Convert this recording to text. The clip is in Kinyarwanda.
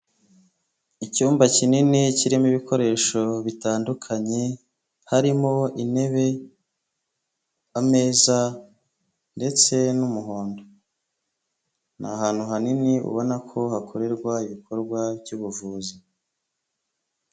Icyumba kinini kirimo ibikoresho bitandukanye, harimo intebe, ameza ndetse n'umuhondo. Ni ahantu hanini ubona ko hakorerwa ibikorwa by'ubuvuzi.